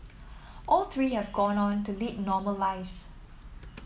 all three have gone on to lead normal lives